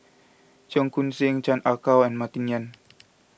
Cheong Koon Seng Chan Ah Kow and Martin Yan